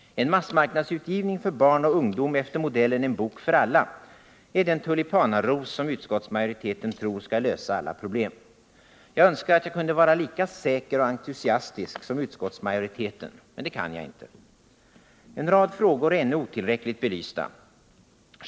En massmarknadsutgivning för barn och ungdom efter modellen ”en bok för alla” är den tulipanaros som utskottsmajoriteten tror skall lösa alla problem. Jag önskar att jag kunde vara lika säker och entusiastisk som utskottsmajoriteten — men det kan jag inte. En rad frågor är ännu otillräckligt belysta.